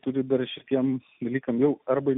turi dar šiems dalykams jau arba